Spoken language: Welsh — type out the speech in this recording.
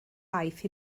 aeth